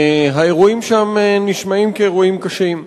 והאירועים שם נשמעים כאירועים קשים.